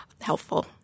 helpful